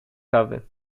kawy